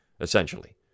essentially